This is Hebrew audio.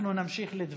אנחנו נמשיך להתווכח.